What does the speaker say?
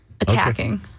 attacking